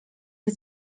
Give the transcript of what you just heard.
ich